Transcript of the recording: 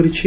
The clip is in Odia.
କରିଛି